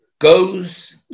goes